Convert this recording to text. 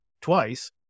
twice